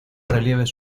relieves